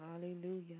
Hallelujah